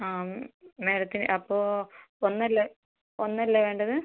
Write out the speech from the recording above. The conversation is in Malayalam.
ആ മാഡത്തിന് അപ്പോൾ ഒന്ന് അല്ലേ ഒന്ന് അല്ലേ വേണ്ടത്